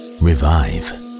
revive